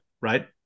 right